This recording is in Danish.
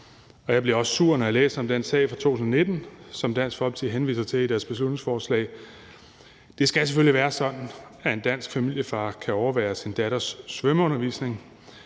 jeg bliver også sur, når jeg læser om den sag fra 2019, som Dansk Folkeparti henviser til i deres beslutningsforslag. Det skal selvfølgelig være sådan, at en dansk familiefar kan overvære sin datters svømmeundervisning,